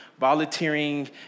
volunteering